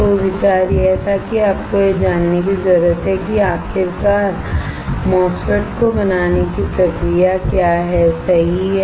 तो विचार यह था कि आपको यह जानने की जरूरत है कि आखिरकार MOSFET को बनाने की प्रक्रिया क्या है सही है